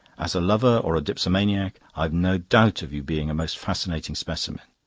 as a lover or a dipsomaniac, i've no doubt of your being a most fascinating specimen.